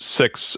six